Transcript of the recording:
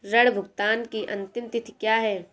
ऋण भुगतान की अंतिम तिथि क्या है?